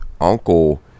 uncle